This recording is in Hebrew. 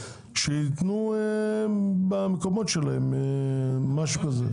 שייתנו במקומות שלהם משהו כזה.